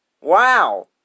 Wow